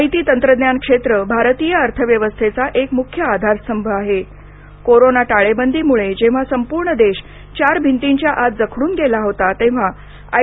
माहिती तंत्रज्ञान क्षेत्र भारतीय अर्थ व्यवस्थेचा एक मुख्य आधारस्तंभ आहे कोरोना टाळेबंदीमुळे जेव्हा संपूर्ण देश चार भिंतींच्या आत जखडून गेला होता तेव्हा आय